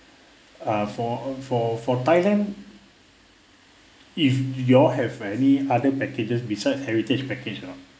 ah for for for thailand if you all have any other packages besides heritage package or not